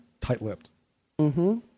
tight-lipped